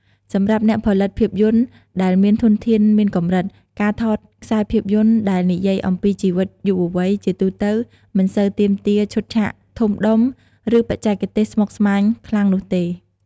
សម្រាប់អ្នកផលិតភាពយន្តដែលមានធនធានមានកម្រិត ការថតខ្សែភាពយន្តដែលនិយាយអំពីជីវិតយុវវ័យ ជាទូទៅមិនសូវទាមទារឈុតឆាកធំដុំ ឬបច្ចេកទេសស្មុគស្មាញខ្លាំងនោះទេ។